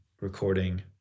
recording